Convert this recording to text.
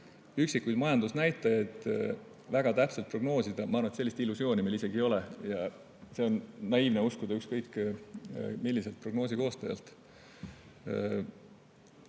majandusnäitajaid väga täpselt prognoosida – ma arvan, et sellist illusiooni meil isegi ei ole ja seda oleks naiivne uskuda ükskõik millisel prognoosi koostajal.